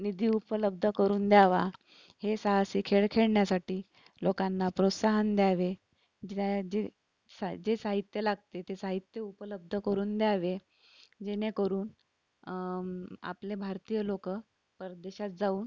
निधी उपलब्ध करून द्यावा हे साहसी खेळ खेळण्यासाठी लोकांना प्रोत्साहन द्यावे ज्या जे साय जे साहित्य लागते ते साहित्य उपलब्ध करून द्यावे जेणेकरून आपले भारतीय लोक परदेशात जाऊन